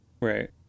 right